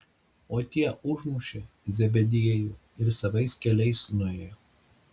o tie užmušė zebediejų ir savais keliais nuėjo